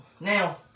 Now